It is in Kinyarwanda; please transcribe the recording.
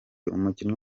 umukinnyi